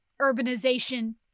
urbanization